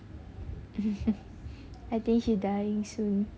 I think she dying soon